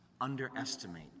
underestimate